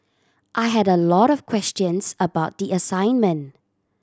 I had a lot of questions about the assignment